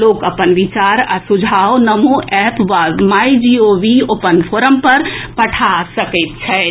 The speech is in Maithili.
लोक अपन विचार आ सुझाव नमो एप वा माई जीओवी ओपन फोरम पर पठा सकैत छथि